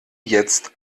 jetzt